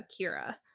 Kira